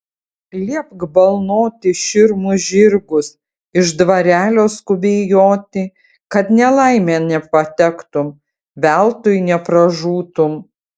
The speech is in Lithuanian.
liepk balnoti širmus žirgus iš dvarelio skubiai joti kad nelaimėn nepatektum veltui nepražūtum